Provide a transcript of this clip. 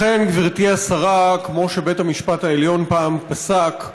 אכן, גברתי השרה, כמו שבית המשפט העליון פעם פסק,